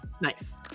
nice